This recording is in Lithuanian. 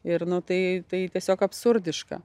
ir nu tai tai tiesiog absurdiška